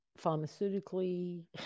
pharmaceutically